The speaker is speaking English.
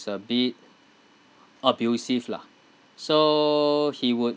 a bit abusive lah so he would